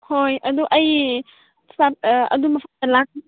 ꯍꯣꯏ ꯑꯗꯨ ꯑꯩ